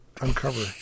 uncover